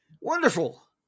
Wonderful